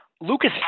Lucas